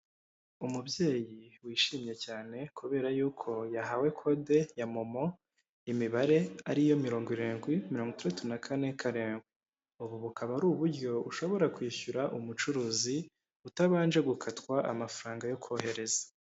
Umubyeyi wishimye cyane kubera yuko yahawe kode ya momo imibare ariyo mirongo irindwi mirongo itaratu na kane karindwi, ubu bukaba ari uburyo ushobora kwishyura umucuruzi utabanje gukatwa amafaranga yo kohereza.